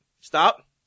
stop